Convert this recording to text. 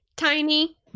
Tiny